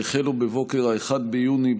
הן החלו בבוקר 1 ביוני,